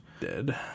Dead